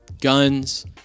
guns